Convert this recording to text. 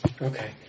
okay